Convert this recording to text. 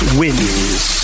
wins